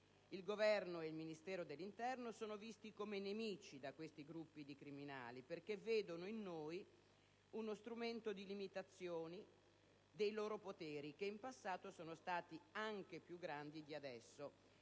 Il Governo e il Ministero dell'interno sono visti come nemici da questi gruppi di criminali: essi vedono in noi uno strumento di limitazione dei loro poteri, che in passato sono stati anche più grandi di adesso,